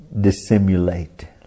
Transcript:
dissimulate